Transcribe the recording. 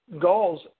goals